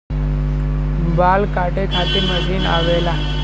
बाल काटे खातिर मशीन आवेला